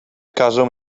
każą